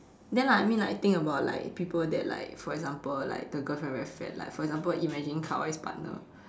then like I mean like think about like people that like for example like the girlfriend very fat like for example imagine Kawaii's partner